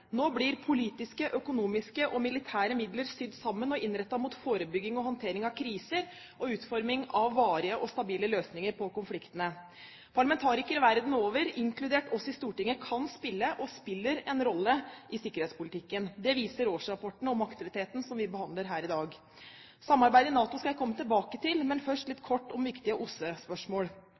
Nå blir politiske, økonomiske og militære midler sydd sammen og innrettet mot forebygging og håndtering av kriser og utforming av varige og stabile løsninger på konfliktene. Parlamentarikere verden over, inkludert oss i Stortinget, kan spille og spiller en rolle i sikkerhetspolitikken. Det viser årsrapporten om aktiviteten som vi behandler her i dag. Samarbeidet i NATO skal jeg komme tilbake til, men først litt kort om viktige